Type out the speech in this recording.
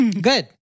Good